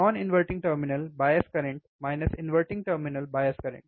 non inverting terminal bias current minus inverting terminal bias current